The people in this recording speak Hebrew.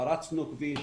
פרצנו כביש,